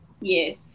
Yes